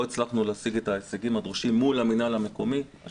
לא הצלחנו להשיג את ההישגים הדרושים מול השלטון המקומי.